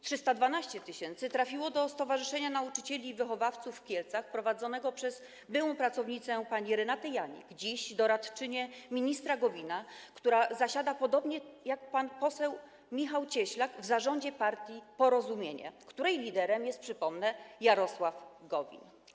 312 tys. trafiło do Stowarzyszenia Nauczycieli i Wychowawców w Kielcach prowadzonego przez byłą pracownicę pani Renaty Janik, dziś doradczyni ministra Gowina, która zasiada, podobnie jak pan poseł Michał Cieślak, w zarządzie partii Porozumienie, której liderem jest, przypomnę, Jarosław Gowin.